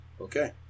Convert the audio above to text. Okay